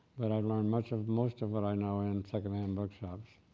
but i learned much of, most of what i know in second hand book shops,